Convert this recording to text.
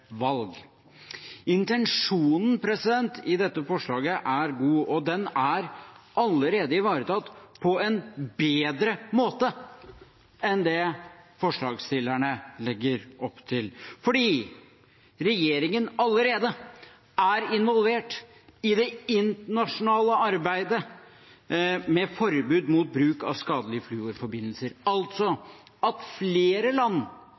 valg. Intensjonen i dette forslaget er god, og den er allerede ivaretatt på en bedre måte enn det forslagsstillerne legger opp til, fordi regjeringen allerede er involvert i det internasjonale arbeidet med forbud mot bruk av skadelige fluorforbindelser, altså at flere land